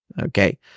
Okay